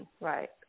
right